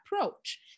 approach